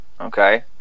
Okay